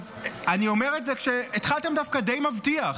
אני אומר את זה כי התחלתם דווקא די מבטיח.